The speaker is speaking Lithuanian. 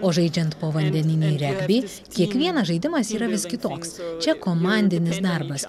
o žaidžiant povandeninį regbį kiekvienas žaidimas yra vis kitoks čia komandinis darbas